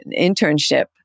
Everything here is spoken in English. internship